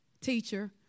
teacher